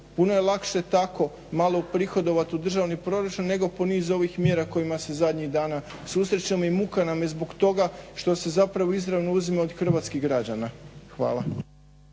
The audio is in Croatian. Puno je lakše tako malo uprihodovati u državni proračun nego po niz ovih mjera kojima se zadnjih dana susrećemo i muka nam je od toga što se zapravo izravno uzima od hrvatskih građana. Hvala.